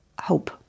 hope